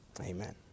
Amen